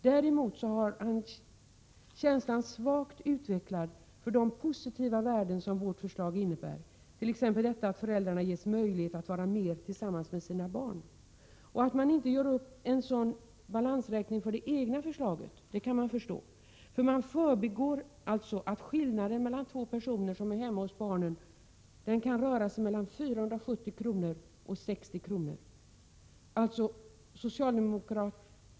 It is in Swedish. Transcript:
Däremot visar han en svagt utvecklad känsla för de positiva värden som vårt förslag innebär, t.ex. att föräldrarna ges möjlighet att vara tillsammans med sina barn. Att man inte gör upp en sådan balansräkning för det egna förslaget kan jag förstå. Man förbigår att skillnaden när det gäller två personer som är hemma hos barnen kan röra sig mellan 470 kr. och 60 kr.